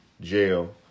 Jail